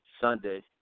sunday